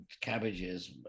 cabbages